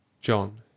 JOHN